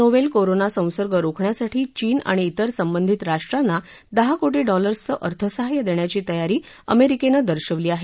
novel कोरोनासंसर्ग रोखण्यासाठी चीन आणि इतर संबंधित राष्ट्रांना दहा कोटी डॉलरचं अर्थसहाय्य देण्याची तयारी अमेरिकेनं दर्शवली आहे